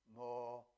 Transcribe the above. more